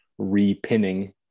repinning